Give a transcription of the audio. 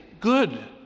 Good